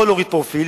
או להוריד פרופיל,